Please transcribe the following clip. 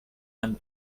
and